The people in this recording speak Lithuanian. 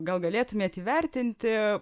gal galėtumėt įvertinti